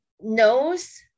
knows